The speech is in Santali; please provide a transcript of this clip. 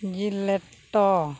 ᱡᱤᱞᱚ ᱞᱮᱴᱚ